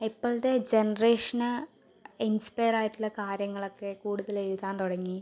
ഇപ്പോഴത്തെ ജനറേഷന് ഇൻസ്പെയറായിട്ടുള്ള കാര്യങ്ങളൊക്കെ കൂടുതൽ എഴുതാൻ തുടങ്ങി